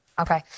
Okay